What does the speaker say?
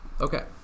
Okay